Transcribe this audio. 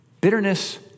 bitterness